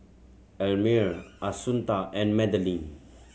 Elmire Assunta and Madeleine